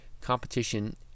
Competition